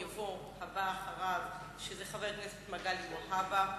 הבא אחריו הוא חבר הכנסת מגלי והבה,